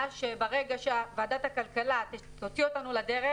שברגע שוועדת הכלכלה תוציא אותנו לדרך,